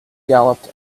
galloped